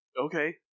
Okay